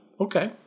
okay